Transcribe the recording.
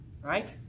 Right